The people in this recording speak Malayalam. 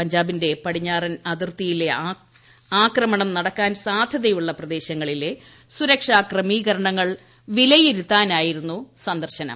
പഞ്ചാബിന്റെ പട്ടിഞ്ഞാറ്ൻ അതിർത്തിയിലെ ആക്രമണം നടക്കാൻ സാധ്യതയുള്ള പ്രദേശ്രങ്ങളിലെ സുരക്ഷാ ക്രമീകരണങ്ങൾ വിലയിരുത്തുന്നതിനായിരുന്നു സന്ദർശനം